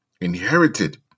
inherited